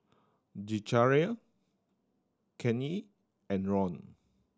Zechariah Kanye and Ron